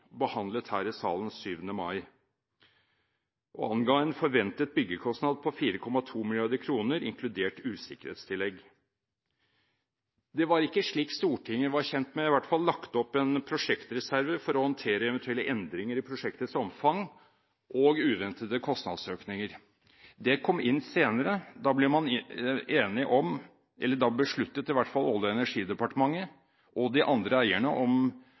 behandlet her i salen 7. mai 2009 og anga en forventet byggekostnad på 4,2 mrd. kr, inkludert usikkerhetstillegg. Det var ikke noe Stortinget var kjent med. Det ble i hvert fall ikke lagt opp til en prosjektreserve for å håndtere eventuelle endringer i prosjektets omfang og uventede kostnadsøkninger – det kom inn senere. Olje- og energidepartementet og de andre eierne